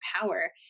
power